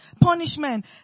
punishment